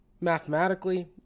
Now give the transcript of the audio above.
Mathematically